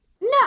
no